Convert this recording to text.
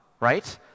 right